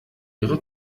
ihre